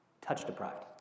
Touch-deprived